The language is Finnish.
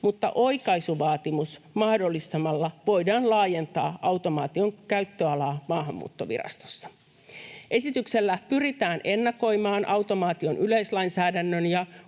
mutta oikaisuvaatimus mahdollistamalla voidaan laajentaa automaation käyttöalaa Maahanmuuttovirastossa. Esityksellä pyritään ennakoimaan automaation yleislainsäädännön ja